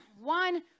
one